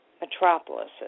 metropolises